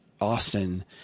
Austin